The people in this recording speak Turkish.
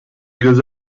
göz